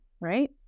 right